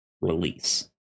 release